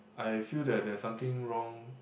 I feel that there is something wrong